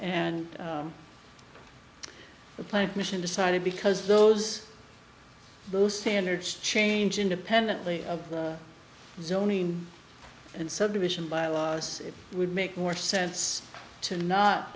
and the plague mission decided because those those standards change independently of zoning and subdivision bylaws it would make more sense to not